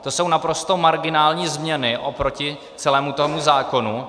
To jsou naprosto marginální změny oproti celému tomu zákonu.